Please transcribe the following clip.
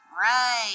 Right